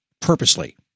purposely